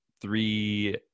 three